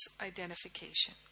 identification